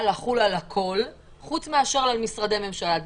לחול על הכול חוץ מאשר על משרדי ממשלה.